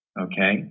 okay